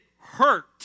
hurt